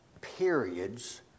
Periods